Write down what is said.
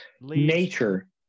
nature